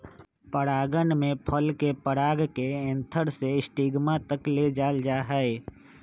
परागण में फल के पराग के एंथर से स्टिग्मा तक ले जाल जाहई